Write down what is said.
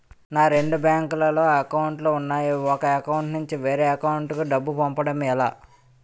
నాకు రెండు బ్యాంక్ లో లో అకౌంట్ లు ఉన్నాయి ఒక అకౌంట్ నుంచి వేరే అకౌంట్ కు డబ్బు పంపడం ఎలా?